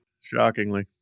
Shockingly